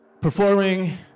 performing